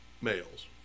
males